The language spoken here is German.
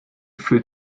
fühlt